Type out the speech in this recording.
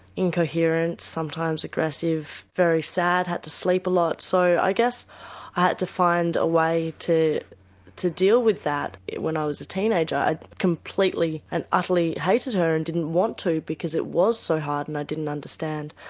incoherent, sometimes aggressive, very sad, had to sleep a lot. so i guess i had to find a way to to deal with that when i was a teenager. i'd completely and utterly hated her and didn't want to because it was so hard and i didn't understand.